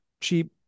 cheap